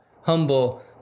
humble